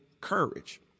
courage